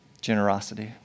Generosity